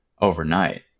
overnight